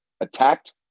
attacked